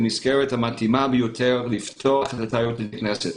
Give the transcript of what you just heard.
המסגרת המתאימה ביותר לפתוח תיירות נכנסת.